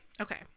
Okay